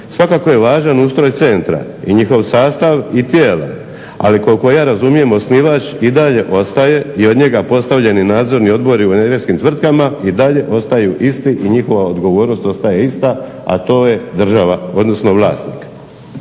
Svakako je važan ustroj centra i njihov sastav i tijela, ali koliko ja razumijem osnivač i dalje ostaje i od njega postavljeni nadzorni odbori u energetskim tvrtkama i dalje ostaju isti i njihova odgovornost ostaje ista a to je država odnosno vlasnik.